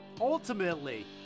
Ultimately